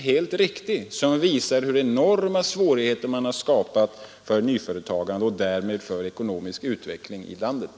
Den listan visar hur enorma svårigheter man har skapat för nyföretagande och därmed för ekonomisk utveckling här i landet.